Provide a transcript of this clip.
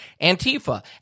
Antifa